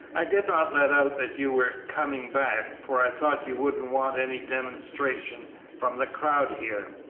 i did not let out that you were coming back, for i thought you wouldn't want any demonstration from the crowd here,